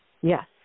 Yes